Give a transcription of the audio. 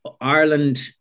Ireland